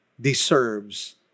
deserves